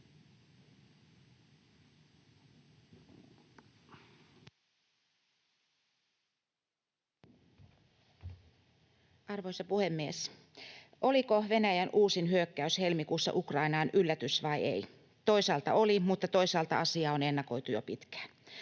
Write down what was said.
Arvoisa puhemies! Oliko Venäjän uusin hyök-käys helmikuussa Ukrainaan yllätys vai ei? Toisaalta oli, mutta toisaalta asiaa on ennakoitu jo pitkään.